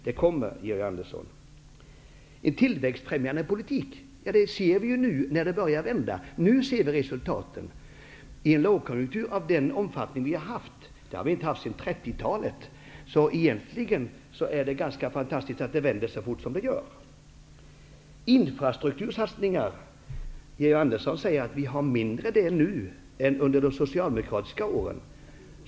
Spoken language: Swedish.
Det kommer, Georg Andersson, Resultaten av den tillväxtbefrämjande politiken ser vi nu när det börjar vända. Med tanke på den omfattning som lågkonjunkturen har haft -- en sådan som vi inte har haft sedan 30-talet -- är det egentligen ganska fantastiskt att det vänder så fort som det gör. Georg Andersson säger att vi har mindre av infrastruktursatsningar nu än under de socialdemokratiska åren.